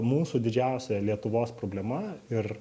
mūsų didžiausia lietuvos problema ir